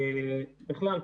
בכלל,